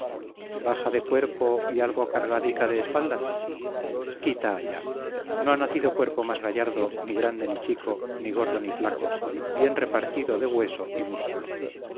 baja de cuerpo y algo cargadica de espaldas quita allá no ha nacido cuerpo más gallardo ni grande ni chico ni gordo ni flaco bien repartido de hueso y músculo